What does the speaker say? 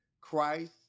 Christ